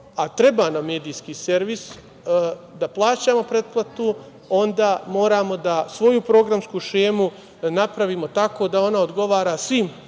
a treba nam medijski servis, da plaćamo pretplatu, onda moramo da svoju programsku šemu napravimo tako da ona odgovara svim